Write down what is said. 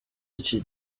iki